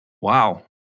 Wow